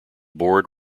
board